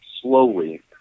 slowly